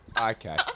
Okay